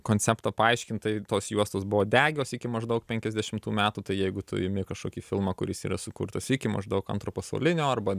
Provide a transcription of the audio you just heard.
konceptą paaiškint tai tos juostos buvo degios iki maždaug penkiasdešimtų metų tai jeigu tu imi kažkokį filmą kuris yra sukurtas iki maždaug antro pasaulinio arba